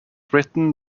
written